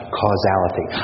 causality